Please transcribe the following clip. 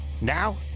Now